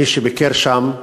מי שביקר שם,